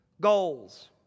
goals